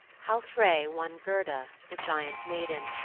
how frey won gerda, the giant maiden,